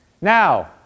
Now